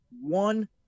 one